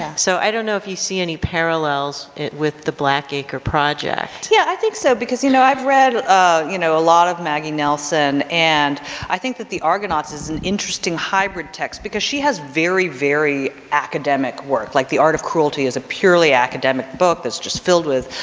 yeah so i don't know if you see any parallels with the blackacre project. yeah i think so, because you know i've read ah you know a lot of maggie nelson and i think that the argonauts is an interesting hybrid text because she has very, very academic work, like the art of cruelty is a purely academic book that's just filled with,